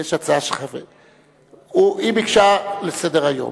היא ביקשה לסדר-היום